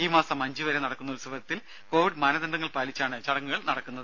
ഈ മാസം അഞ്ച് വരെ നടക്കുന്ന ഉത്സവത്തിൽ കോവിഡ് മാനദണ്ഡങ്ങൾ പാലിച്ചാണ് ചടങ്ങുകൾ നടക്കുന്നത്